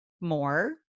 more